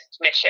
mission